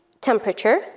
temperature